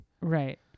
Right